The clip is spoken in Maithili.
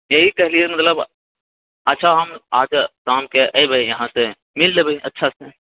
इएह कहलियै मतलब अच्छा हम अहाँकेँ शामके अइबै अहाँसँ मिल लेबै अच्छासँ